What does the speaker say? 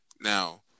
Now